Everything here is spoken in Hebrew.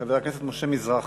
חבר הכנסת משה מזרחי,